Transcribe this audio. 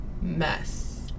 mess